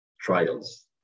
trials